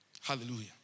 Hallelujah